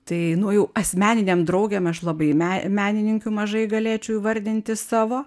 tai nu jau asmeninėm draugėm aš labai me menininkių mažai galėčiau įvardinti savo